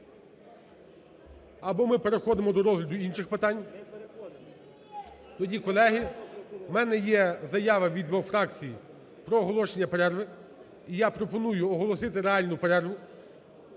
або ми переходимо до розгляду інших питань… Тоді, колеги, в мене є заява від двох фракцій про оголошення перерви, і я пропоную оголосити реальну перерву.